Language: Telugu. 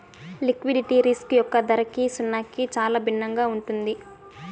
లిక్విడిటీ రిస్క్ యొక్క ధరకి సున్నాకి చాలా భిన్నంగా ఉంటుంది